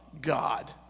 God